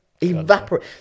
Evaporate